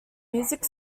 music